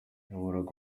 yayoboraga